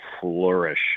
flourish